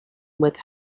with